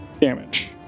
damage